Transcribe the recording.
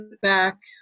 back